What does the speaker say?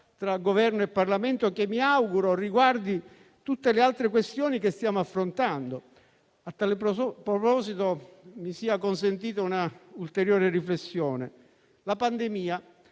tra Governo e Parlamento, che mi auguro riguardi tutte le altre questioni che stiamo affrontando. A tal proposito, mi sia consentita un'ulteriore riflessione. La pandemia